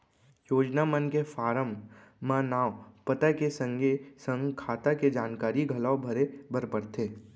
योजना मन के फारम म नांव, पता के संगे संग खाता के जानकारी घलौ भरे बर परथे